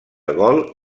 gol